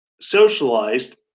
socialized